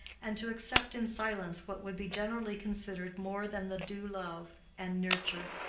and to accept in silence what would be generally considered more than the due love and nurture.